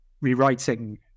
rewriting